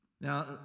Now